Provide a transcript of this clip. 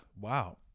wow